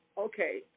Okay